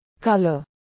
Color